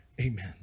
Amen